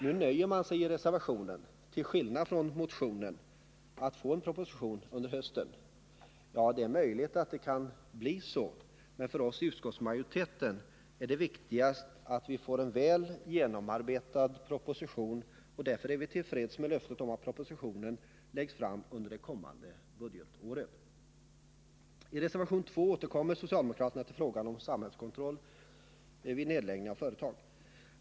Nu nöjer man sig i reservationen, till skillnad från motionen, med att få en proposition till hösten. Ja, det är möjligt det kan bli så, men för oss i utskottsmajoriteten är det viktigast att vi får en väl genomarbetad proposition, och därför är vi till freds med löftet att en proposition läggs fram under det kommande budgetåret. I reservation 2 återkommer socialdemokraterna till frågan om samhällskontroll vid nedläggning av företag.